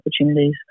opportunities